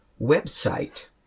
website